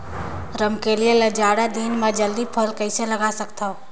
रमकलिया ल जाड़ा दिन म जल्दी फल कइसे लगा सकथव?